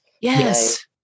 Yes